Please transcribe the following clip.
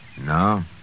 No